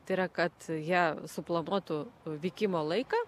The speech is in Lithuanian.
tai yra kad jie suplanuotų vykimo laiką